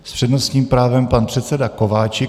S přednostním právem pan předseda Kováčik.